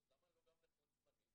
למה לא גם נכות זמנית?